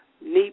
Need